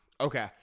Okay